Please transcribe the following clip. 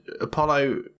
Apollo